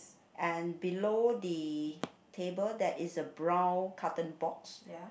and below the table there's a brown carton box